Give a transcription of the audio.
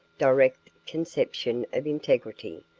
direct conception of integrity,